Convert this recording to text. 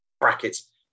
Brackets